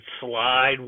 slide